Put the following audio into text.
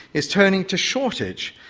is turning to shortage.